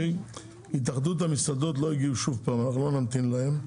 שוב לא הגיעו מהתאחדות המסעדות ואנחנו לא נמתין להם.